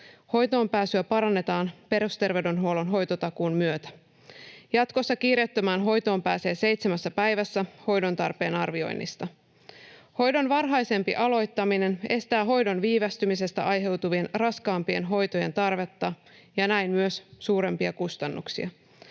Hoitoonpääsyä parannetaan perusterveydenhuollon hoitotakuun myötä. Jatkossa kiireettömään hoitoon pääsee seitsemässä päivässä hoidon tarpeen arvioinnista. Hoidon varhaisempi aloittaminen estää hoidon viivästymisestä aiheutuvien raskaampien hoitojen tarvetta ja näin myös suurempia kustannuksia.